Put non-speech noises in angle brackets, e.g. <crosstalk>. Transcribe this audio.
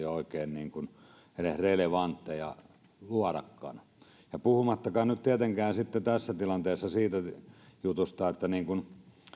<unintelligible> ole oikein relevanttia edes luodakaan puhumattakaan nyt tietenkään sitten tässä tilanteessa siitä jutusta niin kuin